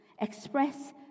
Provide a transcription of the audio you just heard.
Express